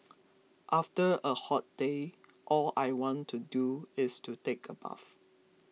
after a hot day all I want to do is to take a bath